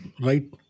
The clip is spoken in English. right